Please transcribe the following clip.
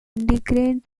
indignant